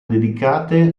dedicate